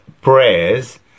prayers